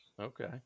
Okay